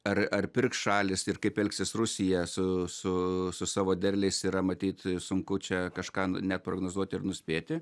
ar ar pirks šalys ir kaip elgsis rusija su su su savo derliais yra matyt sunku čia kažką net prognozuoti ir nuspėti